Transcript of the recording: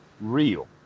real